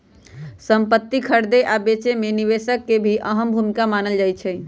संपति खरीदे आ बेचे मे निवेश के भी अहम भूमिका मानल जाई छई